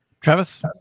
Travis